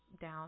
down